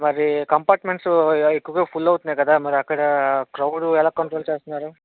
మరి కంపార్ట్మెంట్సు ఎ ఎక్కువగా ఫుల్ అవుతున్నాయి కదా మరి అక్కడా క్రౌడ్ ఎలా కంట్రోల్ చేస్తున్నారు